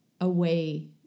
away